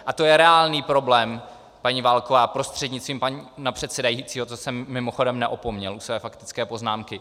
A to je reálný problém, paní Válková prostřednictvím předsedajícího to jsem mimochodem neopomněl u své faktické poznámky.